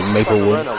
Maplewood